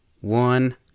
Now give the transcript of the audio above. one